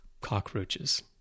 cockroaches